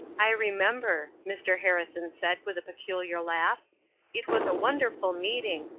i remember, mr. harrison said with a peculiar laugh it was a wonderful meeting,